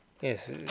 Yes